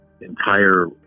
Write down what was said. entire